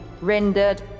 rendered